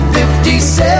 57